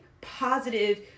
positive